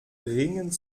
dringend